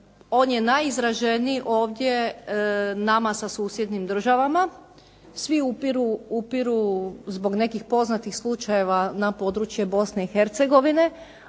On je najizraženiji ovdje nama sa susjednim državama. Svi upiru zbog nekih poznatih slučajeva na područje Bosne i Hercegovine.